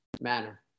manner